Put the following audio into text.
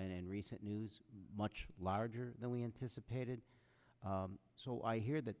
in recent news much larger than we anticipated so i hear that